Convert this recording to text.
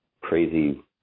crazy